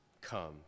come